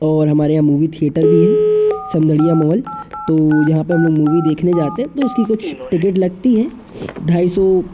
और हमारे यहाँ मूवी थिएटर भी है समबढ़िया मॉल तो यहाँ पे हम लोग मूवी देखने जाते हैं तो उसकी कुछ टिकट लगती है ढाई सौ